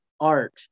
art